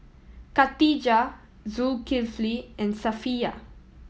Khatijah Zulkifli and Safiya